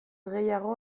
gehiago